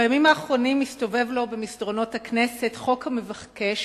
בימים האחרונים מסתובב לו במסדרונות הכנסת חוק המבקש,